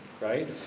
right